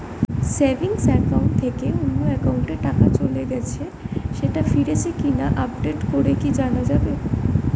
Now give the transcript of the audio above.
Savings account থেকে অন্য একাউন্টে টাকা চলে গেছে সেটা ফিরেছে কিনা আপডেট করে কি জানা যাবে?